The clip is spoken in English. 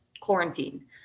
quarantine